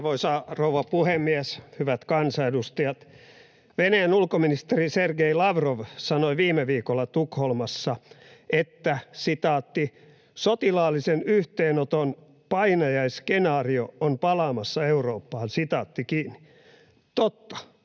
Arvoisa rouva puhemies! Hyvät kansanedustajat! Venäjän ulkoministeri Sergei Lavrov sanoi viime viikolla Tukholmassa: ”Sotilaallisen yhteenoton painajaisskenaario on palaamassa Eurooppaan.” Totta,